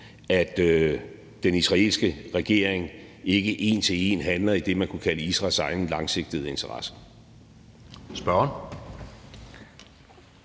at den israelske regering ikke en til en handler i det, man kunne kalde Israels egne langsigtede interesser.